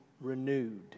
renewed